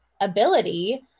ability